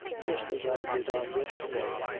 jist as i did on yesterday